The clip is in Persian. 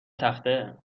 تخته